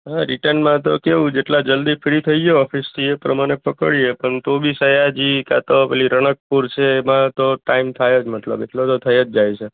હા રિટર્નમાં તો કેવું જેટલા જલ્દી ફ્રી થઈએ ઓફિસથી એ પ્રમાણે પકડીએ પણ તોબી સયાજી ક્યાંતો પેલી રાણકપૂર છે એમાં તો ટાઈમ થાય જ મતલબ એટલો તો થઇ જ જાય છે